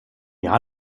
jahr